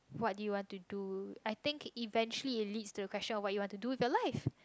what did you want to do I think eventually it leads to the question of what you want to do in your life